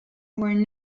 were